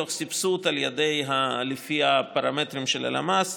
תוך סבסוד לפי הפרמטרים של הלמ"ס.